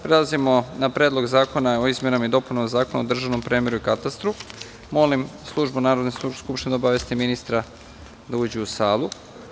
Prelazimo na 1. tačku – PREDLOG ZAKONA O IZMENAMA I DOPUNAMA ZAKONA O DRŽAVNOM PREMERU I KATASTRU Molim službu Narodne skupštine da obavesti ministra da uđe u salu.